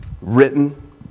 written